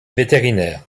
vétérinaire